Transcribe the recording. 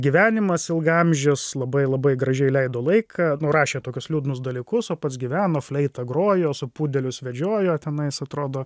gyvenimas ilgaamžis labai labai gražiai leido laiką nu rašė tokius liūdnus dalykus o pats gyveno fleita grojo su pudelius vedžiojo tenais atrodo